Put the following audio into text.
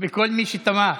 לכל מי שתמך,